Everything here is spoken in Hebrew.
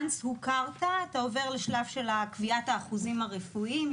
once הוכרת אתה עובר לשלב של קביעת האחוזים הרפואיים.